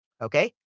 Okay